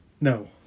No